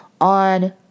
on